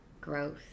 growth